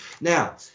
Now